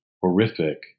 horrific